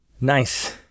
Nice